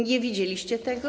Nie widzieliście tego?